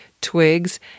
twigs